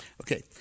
okay